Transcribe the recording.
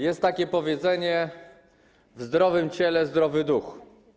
Jest takie powiedzenie: w zdrowym ciele zdrowy duch.